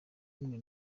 n’umwe